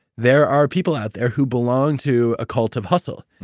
there are people out there who belong to a cult of hustle,